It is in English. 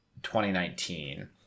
2019